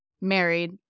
married